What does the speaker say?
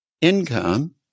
income